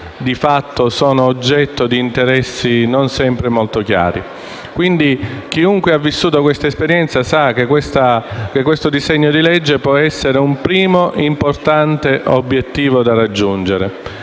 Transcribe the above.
di fatto sono oggetto di interessi non sempre molto chiari. Quindi, chiunque abbia vissuto questa esperienza sa come questo disegno di legge possa essere un primo importante obiettivo da raggiungere.